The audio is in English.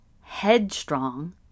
headstrong